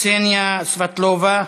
קסניה סבטלובה?